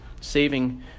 saving